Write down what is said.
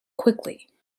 quickly